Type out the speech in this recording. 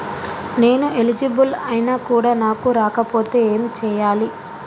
నేను ఎలిజిబుల్ ఐనా కూడా నాకు రాకపోతే ఏం చేయాలి?